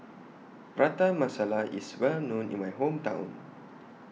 Prata Masala IS Well known in My Hometown